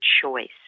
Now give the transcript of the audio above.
choice